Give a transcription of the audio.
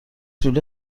لوله